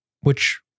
Which-